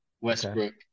Westbrook